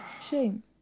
shame